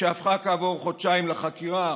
שהפכה כעבור חודשיים לחקירה,